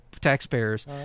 taxpayers